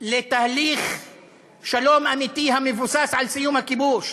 לתהליך שלום אמיתי המבוסס על סיום הכיבוש,